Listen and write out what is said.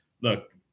look